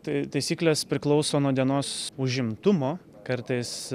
tai taisyklės priklauso nuo dienos užimtumo kartais